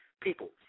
People